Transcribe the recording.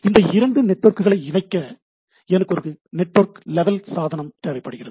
இந்த இரண்டு நெட்வொர்க்குகளை இணைக்க எனக்கு ஒரு நெட்வொர்க் லெவல் சாதனம் தேவைப்படுகிறது